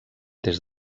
des